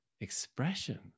expression